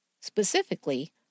specifically